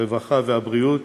הרווחה והבריאות